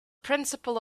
principle